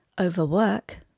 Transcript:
overwork